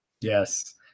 yes